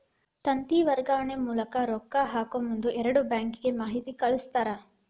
ತಂತಿ ವರ್ಗಾವಣೆ ಮೂಲಕ ರೊಕ್ಕಾ ಹಾಕಮುಂದ ಎರಡು ಬ್ಯಾಂಕಿಗೆ ಮಾಹಿತಿ ಕಳಸ್ತಾರ